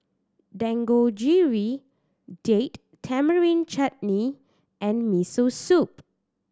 Dangojiru Date Tamarind Chutney and Miso Soup